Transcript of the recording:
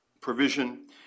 provision